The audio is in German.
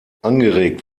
angeregt